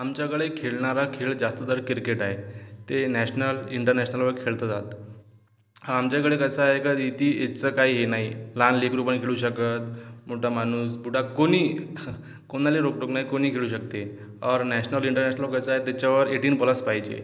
आमच्याकडे खेळणारा खेळ जास्त तर किर्केट आहे ते नॅशनल इंटरनॅशनलवर खेळता जात आमच्याकडं कसं आहे का इथं एजचं काही हे नाही लहान लेकरू पण खेळू शकतं मोठा माणूस पुढे कोणीही कोणालाही रोकटोक नाही कुणीही खेळू शकते ऑर नॅशनल इंटरनॅशनल कसं आहे त्याच्यावर एटीन प्लस पाहिजे